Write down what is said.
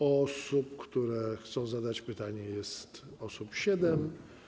Osób, które chcą zadać pytanie, jest siedem.